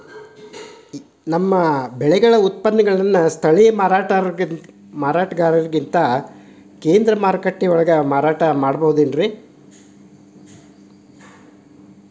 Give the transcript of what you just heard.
ನಮ್ಮ ಬೆಳೆಗಳ ಉತ್ಪನ್ನಗಳನ್ನ ಸ್ಥಳೇಯ ಮಾರಾಟಗಾರರಿಗಿಂತ ಕೇಂದ್ರ ಮಾರುಕಟ್ಟೆಯಲ್ಲಿ ಮಾರಾಟ ಮಾಡಬಹುದೇನ್ರಿ?